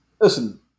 listen